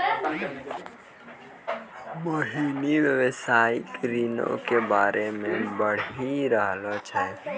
मोहिनी व्यवसायिक ऋणो के बारे मे पढ़ि रहलो छै